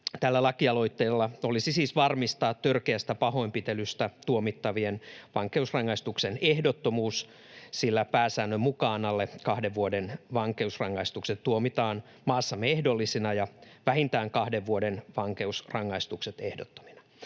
tällä lakialoitteella olisi siis varmistaa törkeästä pahoinpitelystä tuomittavien vankeusrangaistuksen ehdottomuus, sillä pääsäännön mukaan alle kahden vuoden vankeusrangaistukset tuomitaan maassamme ehdollisina ja vähintään kahden vuoden vankeusrangaistukset ehdottomina.